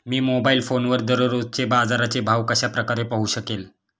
मी mobile फोनवर दररोजचे बाजाराचे भाव कशा प्रकारे पाहू शकेल?